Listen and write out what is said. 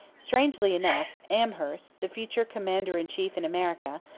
strangely enough, amherst, the future commander-in-chief in america,